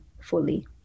fully